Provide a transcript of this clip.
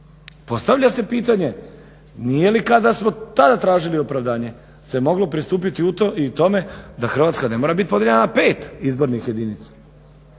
postavlja se pitanje nije li kada smo tada tražili opravdanje se moglo pristupiti i tome da Hrvatska ne mora biti podijeljena na pet izbornih jedinica